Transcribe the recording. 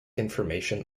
information